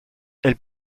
elles